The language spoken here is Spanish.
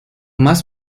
más